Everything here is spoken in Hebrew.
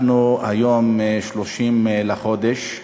אנחנו היום ב-30 בחודש,